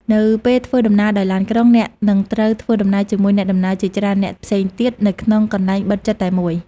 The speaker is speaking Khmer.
នៅពេលធ្វើដំណើរដោយឡានក្រុង អ្នកនឹងត្រូវ ធ្វើដំណើរជាមួយអ្នកដំណើរជាច្រើន នាក់ផ្សេងទៀតនៅក្នុងកន្លែងបិទជិតតែមួយ។